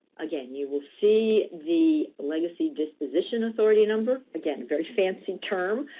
again, you will see the legacy disposition authority number. again, a very fancy term.